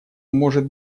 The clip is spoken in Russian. может